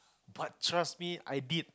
but trust me I did